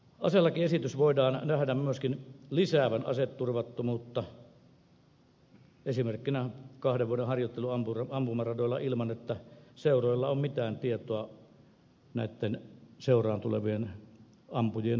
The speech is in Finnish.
aselakiesityksen voidaan nähdä lisäävän myöskin aseturvattomuutta esimerkkinä kahden vuoden harjoittelu ampumaradoilla ilman että seuroilla on mitään tietoa seuraan tulevien ampujien taustoista